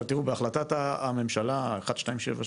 בהחלטת הממשלה 1276,